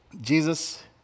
Jesus